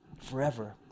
Forever